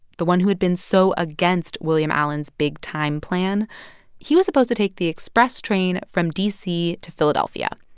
the one who had been so against william allen's big-time plan he was supposed to take the express train from d c. to philadelphia.